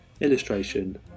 illustration